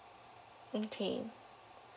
okay